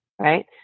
Right